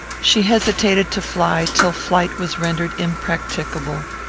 she hesitated to fly till flight was rendered impracticable.